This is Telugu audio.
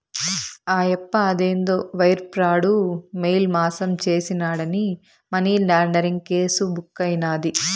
ఆయప్ప అదేందో వైర్ ప్రాడు, మెయిల్ మాసం చేసినాడాని మనీలాండరీంగ్ కేసు బుక్కైనాది